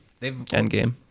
Endgame